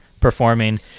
Performing